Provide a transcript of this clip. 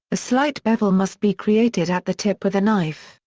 a slight bevel must be created at the tip with a knife,